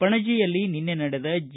ಪಣಜಿಯಲ್ಲಿ ನಿನ್ನೆ ನಡೆದ ಜಿ